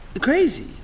Crazy